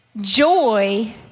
joy